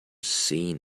seen